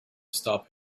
stop